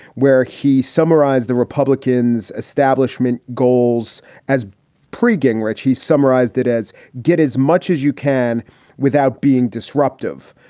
where he summarized the republicans establishment goals as pre gingrich. he summarized it as get as much as you can without being disruptive.